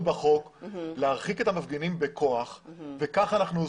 בחוק להרחיק את המפגינים בכוח וכך אנחנו עושים.